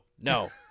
no